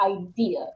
idea